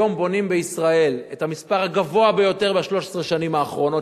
היום בונים בישראל את המספר הגבוה ביותר ב-13 השנים האחרונות.